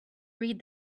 read